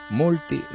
molti